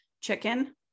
chicken